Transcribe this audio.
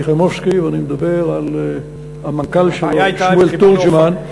חיימובסקי ואני מדבר על המנכ"ל שמואל תורג'מן,